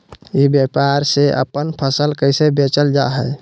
ई व्यापार से अपन फसल कैसे बेचल जा हाय?